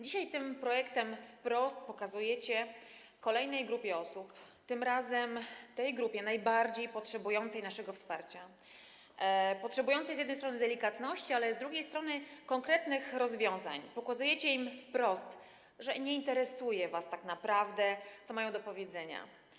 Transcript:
Dzisiaj tym projektem wprost pokazujecie kolejnej grupie osób, tym razem tej grupie najbardziej potrzebującej naszego wsparcia, potrzebującej z jednej strony delikatności, a z drugiej strony konkretnych rozwiązań, że nie interesuje was tak naprawdę, co mają do powiedzenia.